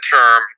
term